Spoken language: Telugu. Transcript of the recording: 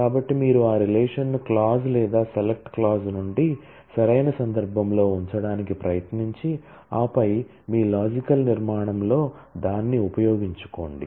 కాబట్టి మీరు ఆ రిలేషన్ ను క్లాజ్ నుండి సరైన సందర్భంలో ఉంచడానికి ప్రయత్నించి ఆపై మీ లాజికల్ నిర్మాణంలో దాన్ని ఉపయోగించుకోండి